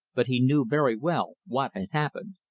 but he knew very well what had happened.